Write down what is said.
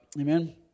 Amen